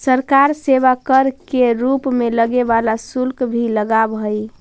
सरकार सेवा कर के रूप में लगे वाला शुल्क भी लगावऽ हई